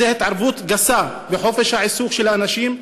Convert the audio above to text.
זאת התערבות גסה בחופש העיסוק של אנשים,